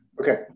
Okay